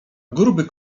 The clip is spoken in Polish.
gruby